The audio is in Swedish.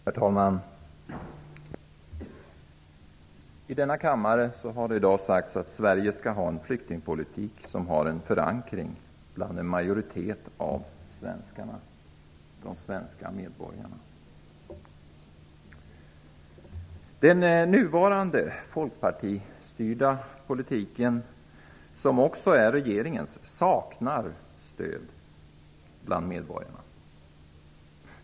Herr talman! Här i kammaren har det i dag sagts att Sverige skall ha en flyktingpolitik som har förankring hos en majoritet av de svenska medborgarna. Den nuvarande, folkpartistyrda politiken -- som också är regeringens -- saknar stöd bland medborgarna.